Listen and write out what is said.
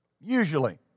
Usually